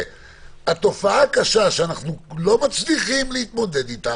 התופעה הקשה שאנחנו לא מצליחים להתמודד איתה